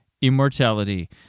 immortality